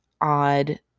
odd